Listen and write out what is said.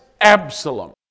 Absalom